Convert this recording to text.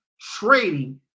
trading